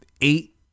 eight